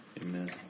Amen